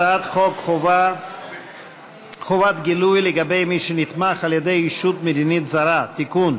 הצעת חוק חובת גילוי לגבי מי שנתמך על-ידי ישות מדינית זרה (תיקון),